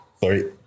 Sorry